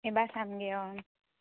এইবাৰ চামগৈ অঁ